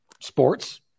Sports